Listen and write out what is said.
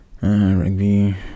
Rugby